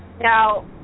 Now